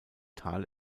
tal